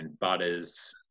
Butters